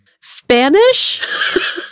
Spanish